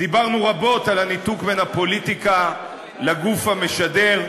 דיברנו רבות על הניתוק בין הפוליטיקה לגוף המשדר,